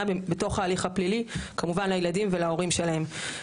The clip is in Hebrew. בתוך ההליך הפלילי כמובן לילדים ולהורים שלהם.